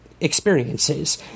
experiences